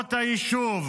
מרחובות היישוב.